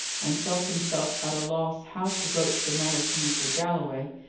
and felt himself at a loss how to broach the matter to mr. galloway,